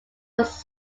was